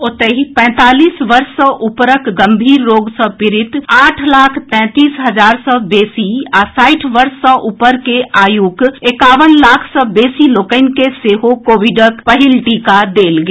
ओतहि पैंतालीस वर्ष सॅ ऊपरक गंभीर रोग सॅ पीड़ित आठ लाख तैंतीस हजार सॅ बेसी आ साठि वर्ष सॅ ऊपर के आयुक एकावन लाख सॅ बेसी लोकनि के सेहो कोविडक पहिल टीका देल गेल